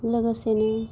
लोगोसेनो